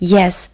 Yes